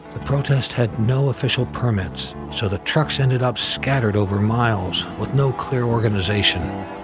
the protest had no official permits, so the trucks ended up scattered over miles, with no clear organization.